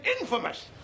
infamous